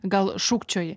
gal šūkčioji